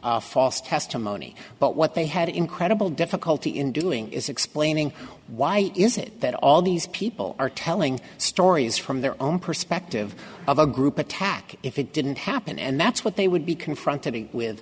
false testimony but what they had incredible difficulty in doing is explaining why is it that all these people are telling stories from their own perspective of a group attack if it didn't happen and that's what they would be confronted with